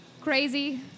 crazy